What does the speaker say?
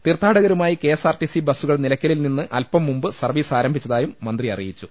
തീർത്ഥാടകരുമായി K S R T C ബസുകൾ നില യ്ക്കലിൽ നിന്ന് അല്പം മുമ്പ് സർവീസ് ആരംഭിച്ചതായി മന്ത്രി അറിയിച്ചു